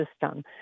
system